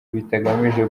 bitagamije